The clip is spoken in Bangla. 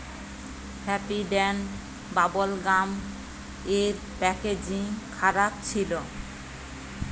হ্যাপিডেন্ট বাবল গাম এর প্যাকেজিং খারাপ ছিল